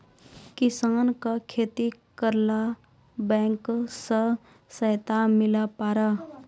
किसान का खेती करेला बैंक से सहायता मिला पारा?